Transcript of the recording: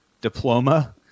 diploma